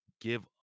give